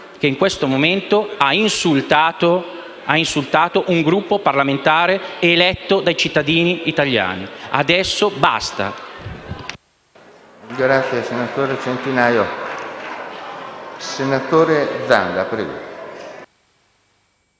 che in questo momento ha insultato un Gruppo parlamentare eletto dai cittadini italiani. Adesso basta.